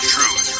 Truth